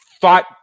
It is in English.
thought